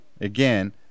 again